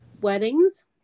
weddings